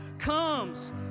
comes